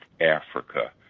Africa